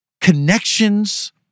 connections